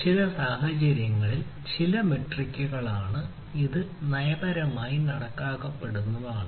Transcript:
ചില സാഹചര്യങ്ങളിൽ ഇത് ചില മെട്രിക്കുകളാണ് ഇത് നയപരമായി നയിക്കപ്പെടുന്നതാണ്